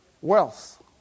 wealth